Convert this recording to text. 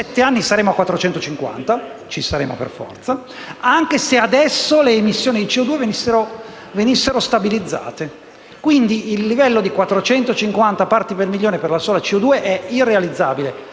di sette anni saremo a 450 parti per milione. Ci saremo per forza, anche se adesso le emissioni di CO2 venissero stabilizzate. Quindi il livello di 450 parti per milioni per la sola CO2 è irrealizzabile: